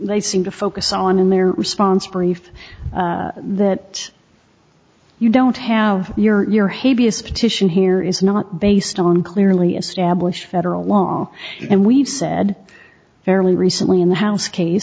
they seem to focus on in their response brief that you don't have your habeas petition here is not based on clearly established federal law and we've said fairly recently in the house case